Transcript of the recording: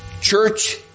church